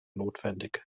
notwendig